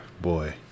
boy